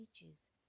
beaches